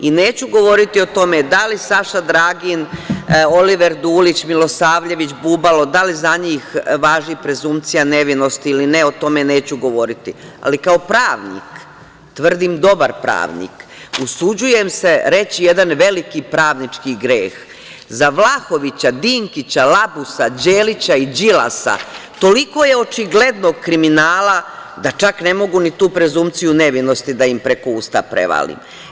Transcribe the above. Neću govoriti o tome da li Saša Dragin, Oliver Dulić, Milosavljević, Bubalo, da li za njih važi prezunkcija nevinosti ili ne, o tome neću govoriti, ali kao pravnik tvrdim, dobar pravnik, usuđujem se reći jedan veliki pravnički greh za Vlahovića, Dinkića, Labusa, Đelića i Đilasa, toliko je očiglednog kriminala, da čak ne mogu ni tu prezunkciju nevinosti da im preko usta da im prevalim.